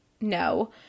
no